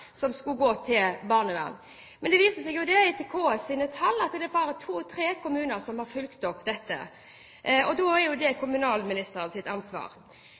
Men det viser seg, etter KS' tall, at det bare er to–tre kommuner som har fulgt dette opp, og da er det kommunalministerens ansvar.